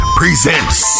presents